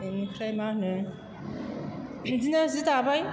बिनिफ्राय मा होनो बेदिनो जि दाबाय